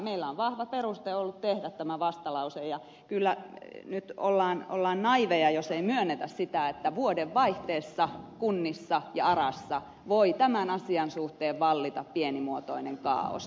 meillä on vahva peruste ollut tehdä tämä vastalause ja kyllä nyt ollaan naiiveja jos ei myönnetä sitä että vuoden vaihteessa kunnissa ja arassa voi tämän asian suhteen vallita pienimuotoinen kaaos